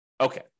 Okay